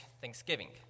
thanksgiving